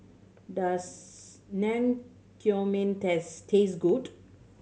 does Naengmyeon taste taste good